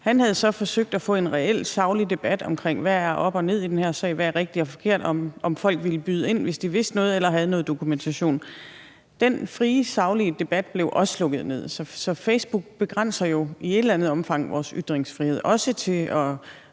det jo reelt ikke – at få en reel saglig debat om, hvad der er op og ned i den her sag, og hvad der er rigtigt og forkert, og spurgt om folk ville byde ind, hvis de vidste noget eller havde noget dokumentation. Den frie saglige debat blev også lukket ned. Så Facebook begrænser jo i et eller andet omfang vores ytringsfrihed, også i